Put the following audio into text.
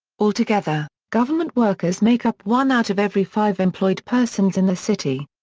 altogether, government workers make up one out of every five employed persons in the city.